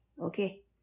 Okay